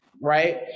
Right